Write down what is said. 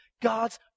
God's